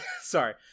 sorry